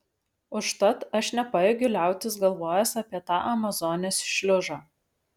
užtat aš nepajėgiu liautis galvojęs apie tą amazonės šliužą